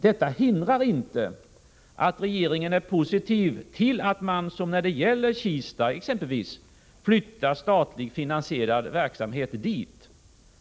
Det hindrar inte att regeringen när det gäller Kista är positiv till att man flyttar statligt finansierad verksamhet dit.